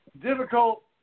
difficult